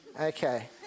Okay